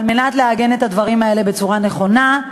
על מנת לעגן את הדברים האלה בצורה נכונה,